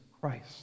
Christ